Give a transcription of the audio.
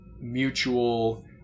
mutual